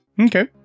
Okay